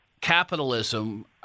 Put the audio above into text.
capitalism